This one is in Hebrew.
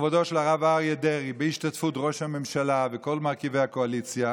לכבודו של הרב אריה דרעי בהשתתפות ראש הממשלה וכל מרכיבי הקואליציה